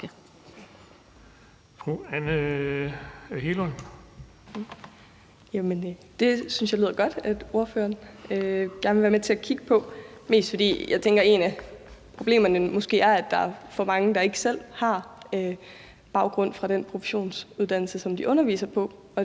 jeg lyder godt at ordføreren gerne vil være med til at kigge på. Jeg tænker, at et af problemerne måske er, at der er for mange, der ikke selv har en baggrund i den professionsuddannelse, som de underviser på.